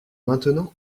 maintenant